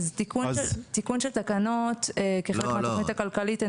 אז תיקון של תקנות כחלק מהתכנית הכלכלית,